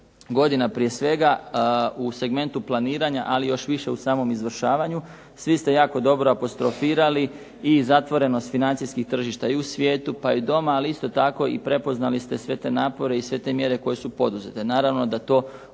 godina, prije svega u segmentu planiranja, ali još više u samom izvršavanju. Svi ste jako dobro apostrofirali i zatvorenost financijskih tržišta i u svijetu pa i doma, ali isto tako i prepoznali ste sve te napore i sve te mjere koje su poduzete. Naravno da to ovisno